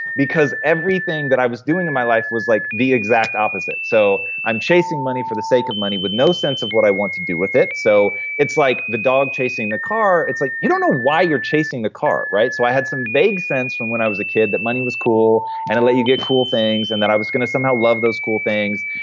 because everything that i was doing in my life was like the exact opposite. so i'm chasing money for the sake of money with no sense of what i want to do with it, so it's like the dog chasing the car. it's like, you don't know why you're chasing the car. right? so i had some vague sense from when i was a kid that money was cool, and it let you get cool things, and that i was going to somehow love those cool things,